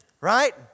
Right